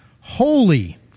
holy